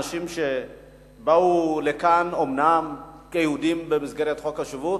האנשים באו לכאן אומנם כיהודים במסגרת חוק השבות,